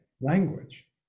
language